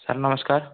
sir ନମସ୍କାର